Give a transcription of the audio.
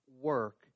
work